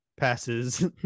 passes